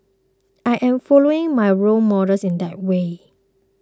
I am following my role models in that way